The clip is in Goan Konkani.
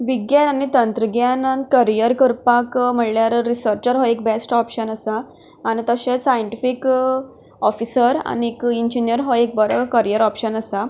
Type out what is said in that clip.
विज्ञान आनी तंत्रज्ञानांत करियर करपाक म्हणल्यार रिसर्चर हो एक बेस्ट ओप्शन आसा आनी तशें सायंटिफीक ऑफिसर आनी इंजिनियर हो एक बरो करिअर आसा